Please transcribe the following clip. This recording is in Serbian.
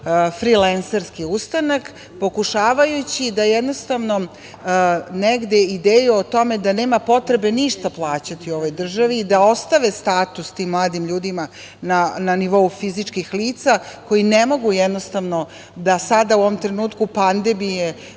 frilenserski ustanak, pokušavajući da jednostavno, negde ideju o tome da nema potrebe ništa plaćati ovoj državi i da ostave status tim mladim ljudima na nivou fizičkih lica koji ne mogu sada, u ovom trenutku pandemije